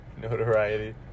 Notoriety